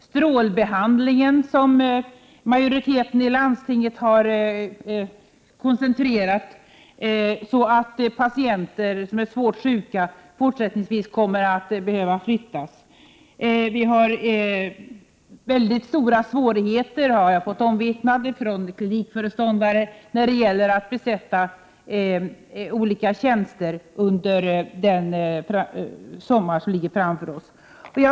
Strålbehandlingen har med hjälp av majoriteten i landstinget blivit koncentrerad till ett ställe så att patienter som är svårt sjuka i fortsättningen får flyttas. Från klinikföreståndare har jag fått omvittnat att det råder stora svårigheter när det gäller att besätta olika tjänster till den sommar som ligger framför oss.